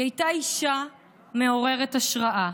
היא הייתה אישה מעוררת השראה,